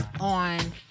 on